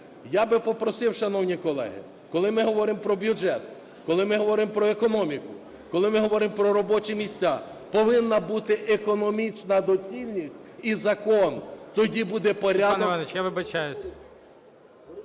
Я би попросив, шановні колеги, коли ми говоримо про бюджет, коли ми говоримо про економіку, коли ми говоримо про робочі місця – повинна бути економічна доцільність і закон. Тоді буде порядок…